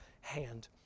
hand